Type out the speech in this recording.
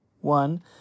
one